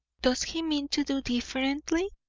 does he mean to do differently?